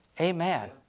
Amen